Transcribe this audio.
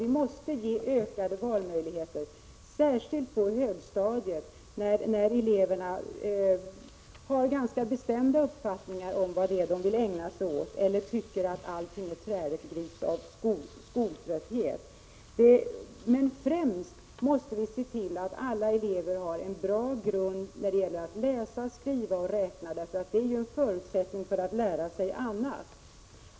Vi måste ge dem ökade valmöjligheter, särskilt på högstadiet, när eleverna har ganska bestämda uppfattningar om vad de vill ägna sig åt eller tycker att allting är ”träligt” och visar skoltrötthet. Främst måste vi se till att alla elever har en bra grund när det gäller att läsa, skriva och räkna. Detta är en förutsättning för att lära sig annat.